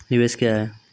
निवेश क्या है?